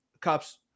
cops